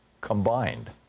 combined